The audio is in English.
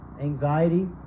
anxiety